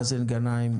מאזן גנאים,